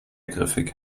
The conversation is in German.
griffig